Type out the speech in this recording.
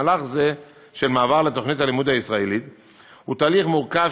מהלך זה של מעבר לתוכנית הלימוד הישראלית הוא תהליך מורכב,